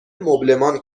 مبلمان